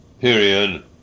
period